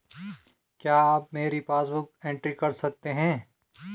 क्या आप मेरी पासबुक बुक एंट्री कर सकते हैं?